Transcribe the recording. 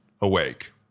awake